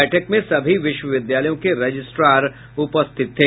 बैठक में सभी विश्वविद्यालयों के रजिस्टार उपस्थित थे